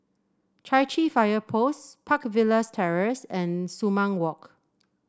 Chai Chee Fire Post Park Villas Terrace and Sumang Walk